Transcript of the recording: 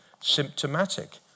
symptomatic